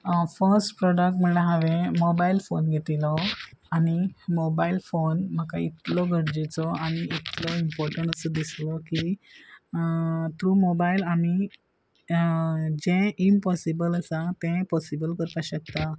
first product म्हणल्यार हांवें mobile phone घेतिलो आनी मोबायल फोन म्हाका इतलो गरजेचो आनी इतलो इम्पोर्टंट असो दिसलो की थ्रू मोबायल आमी जें इम्पॉसिबल आसा तें पॉसिबल करपाक शकता